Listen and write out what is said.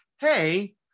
Hey